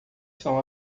são